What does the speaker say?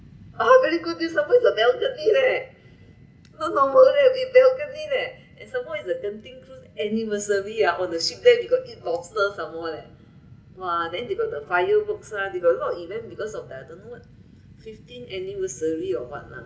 oh very good this surprise a balcony leh not normal leh it balcony leh and some more it's a Genting cruise anniversary ah on the ship there we got eat lobster some more leh !wah! then they got the fireworks lah they got a lot of event because of I don't know fifteen anniversary or what lah